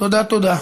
תודה תודה.